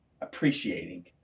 appreciating